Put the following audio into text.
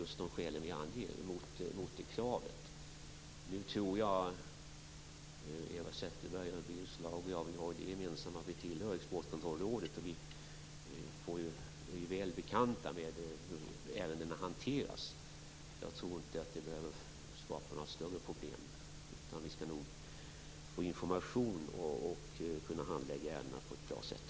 Nu har Eva Zetterberg, Birger Schlaug och jag det gemensamt att vi tillhör Exportkontrollrådet, så vi är väl bekanta med hur ärendena hanteras. Jag tror inte att detta behöver skapa några större problem, utan vi skall nog få information och kunna handlägga ärendena på ett bra sätt.